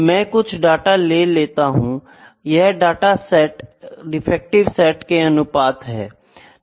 मैं कुछ डाटा ले लेता हूँ यह डाटा सेट डिफेक्टिव सेट के अनुपात है